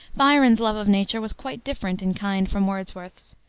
byron's love of nature was quite different in kind from wordsworth's.